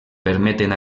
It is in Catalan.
permeten